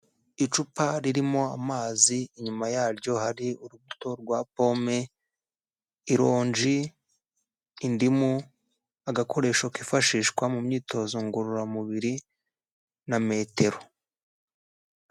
Icupa ririmo amazi, inyuma yaryo hari urubuto rwa pome, irongi, indimu, agakoresho kifashishwa mu myitozo ngororamubiri na metero.